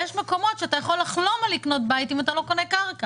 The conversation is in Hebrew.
ויש מקומות שאתה יכול לחלום על לקנות בית אם אתה לא קונה קרקע.